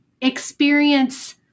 experience